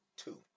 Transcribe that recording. Two